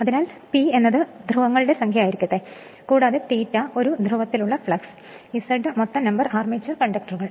അതിനാൽ P എന്നത് ധ്രുവങ്ങളുടെ സംഖ്യയായിരിക്കട്ടെ കൂടാതെ ∅ ഒരു ധ്രുവത്തിലുള്ള ഫ്ലക്സ് Z മൊത്തം നമ്പർ ആർമേച്ചർ കണ്ടക്ടറുകൾ